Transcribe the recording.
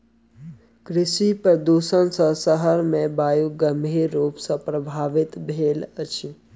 कृषि प्रदुषण सॅ शहर के वायु गंभीर रूप सॅ प्रभवित भेल अछि